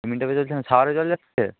এমনি ট্যাপে চলছে না শাওয়ারে জল যাচ্ছে